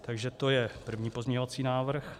Takže to je první pozměňovací návrh.